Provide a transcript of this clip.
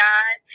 God